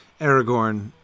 Aragorn